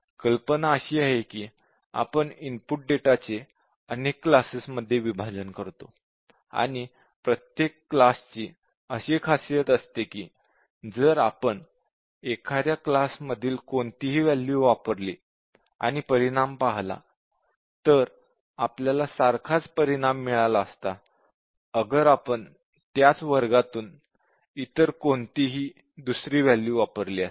कल्पना अशी आहे की आपण इनपुट डेटा चे अनेक क्लासेस मध्ये विभाजन करतो आणि प्रत्येक क्लासची अशी खासियत असते की जर आपण एखाद्या क्लास मधील कोणतीही वॅल्यू वापरली आणि परिणाम पाहिला तर आपल्याला सारखाच परिणाम मिळाला असता अगर आपण त्याच वर्गातून इतर कोणतीही दुसरी वॅल्यू वापरली असती